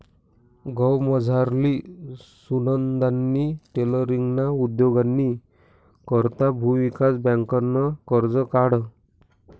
गावमझारली सुनंदानी टेलरींगना उद्योगनी करता भुविकास बँकनं कर्ज काढं